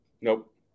Nope